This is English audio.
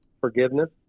forgiveness